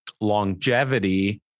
longevity